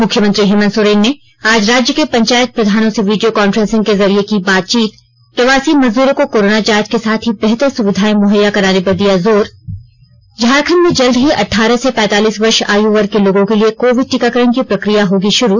मुख्यमंत्री हेमंत सोरेन ने आज राज्य के पंचायत प्रधानों से वीडियो कांफ्रेंसिंग के जरिये की बातचीत प्रवासी मजदूरों को कोरोना जांच के साथ ही बेहतर सुविधायें मुहैया कराने पर दिया जोर झारखंड में जल्द ही अठारह से पैंतालीस वर्ष आयुवर्ग के लोगों के लिए कोविड टीकाकरण की प्रक्रिया होगी शुरू